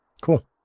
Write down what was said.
Cool